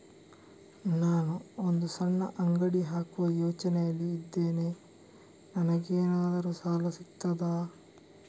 ನಾನು ಒಂದು ಸಣ್ಣ ಅಂಗಡಿ ಹಾಕುವ ಯೋಚನೆಯಲ್ಲಿ ಇದ್ದೇನೆ, ನನಗೇನಾದರೂ ಸಾಲ ಸಿಗ್ತದಾ?